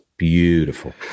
beautiful